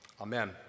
Amen